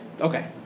Okay